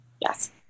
Yes